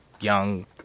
young